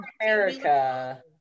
America